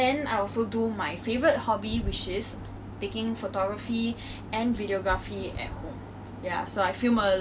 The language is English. but also I think one of Tiktok's biggest features 就是 video editing itself